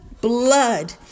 blood